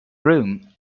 room